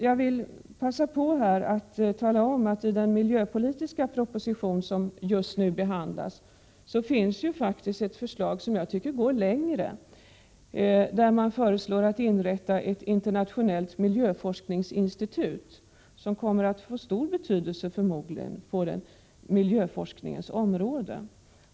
Jag vill passa på att här tala om att i den miljöpolitiska proposition som just nu är förmål för utskottsbehandling faktiskt finns ett förslag som går längre än centerns, nämligen förslaget om inrättande av ett internationellt miljöforskningsinstitut, som förmodligen kommer att få stor betydelse på miljöforskningens område.